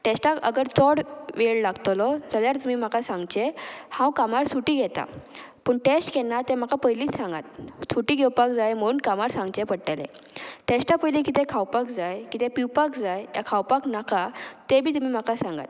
टॅस्टाक अग चोड वेळ लागतलो जाल्यार तुमी म्हाका सांगचे हांव कामार सुटी घेता पूण टॅस्ट केन्ना तें म्हाका पयलींच सांगात सुटी घेवपाक जाय म्हूण कामार सांगचें पडटलें टॅस्टा पयलीं कितें खावपाक जाय किदें पिवपाक जाय खावपाक नाका तें बी तुमी म्हाका सांगात